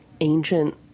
ancient